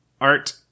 Art